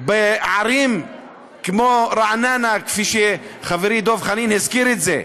בערים כמו רעננה, כפי שחברי דב חנין הזכיר את זה,